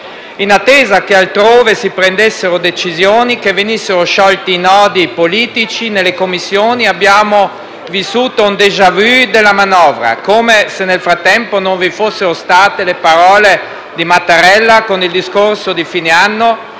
In attesa che altrove si prendessero decisioni e che venissero sciolti i nodi politici nelle Commissioni, abbiamo vissuto un *déjà vu* della manovra, come se nel frattempo non vi fossero state le parole di Mattarella, con il discorso di fine anno